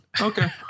Okay